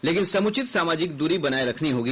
लेकिन समुचित सामाजिक दूरी बनाए रखनी होगी